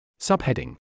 Subheading